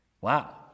Wow